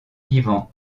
ivan